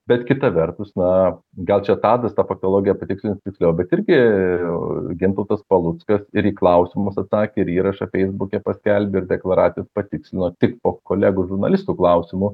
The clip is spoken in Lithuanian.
bet kita vertus na gal čia tadas tą patologiją patikslins tiksliau bet irgi gintautas paluckas ir į klausimus atsakė ir įrašą feisbuke paskelbė ir eklaracijas patikslino tik po kolegų žurnalistų klausimų